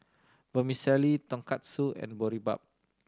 Vermicelli Tonkatsu and Boribap